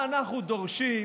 פנסיה תקציבית.